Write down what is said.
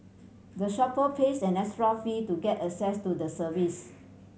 the shopper pays an extra fee to get access to the service